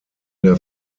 der